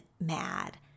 mad